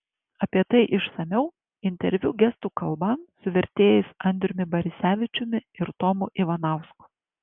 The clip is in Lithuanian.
apie tai išsamiau interviu gestų kalba su vertėjais andriumi barisevičiumi ir tomu ivanausku